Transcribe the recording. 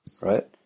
right